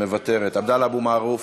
מוותרת, עבדאללה אבו מערוף,